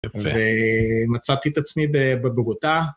ומצאתי את עצמי בבוגותה.